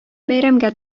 бәйрәмгә